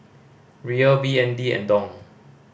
Riel B N D and Dong